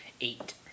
Eight